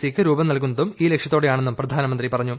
സിക്ക് രൂപം നൽകുന്നതും ഈ ലക്ഷ്യത്തോടെയാണെന്നും പ്രധാനമന്ത്രി പറഞ്ഞു